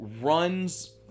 runs